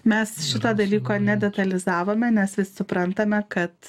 mes šito dalyko nedetalizavome nes vis suprantame kad